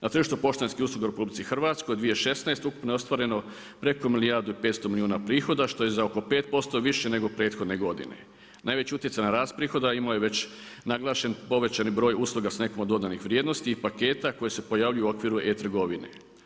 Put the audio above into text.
Na tržištu poštanskih usluga u RH u 2016. ukupno je ostvareno preko milijardu i 500 milijuna prihoda što je za oko 5% više nego prethodne godine. najveći utjecaj na rast prihoda imao je već naglašen povećani broj usluga s nekom od dodanih vrijednosti i paketa koji se pojavljuju u okviru e-trgovine.